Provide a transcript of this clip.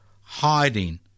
hiding